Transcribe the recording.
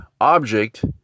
object